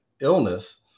illness